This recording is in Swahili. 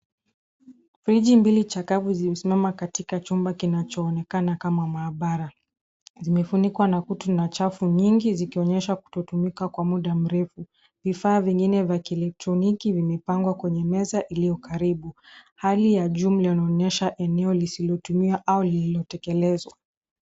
Friji mbili chakavu zimesimama katika chumba kinachoonekana kama maabara. Zimefunikwa na kutu na chafu nyingi zikionyesha kutotumika kwa mufa mrefu. Vifaa vyengine vya kielektroniki vimepangwa kwenye meza iliyo karibu. Hali ya jumla linaonyesha eneo lisilotumia au lililotekezwa.